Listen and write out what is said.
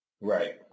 Right